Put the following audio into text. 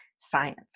science